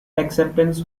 acceptance